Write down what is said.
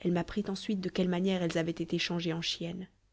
elle m'apprit ensuite de quelle manière elles avaient été changées en chiennes